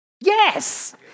Yes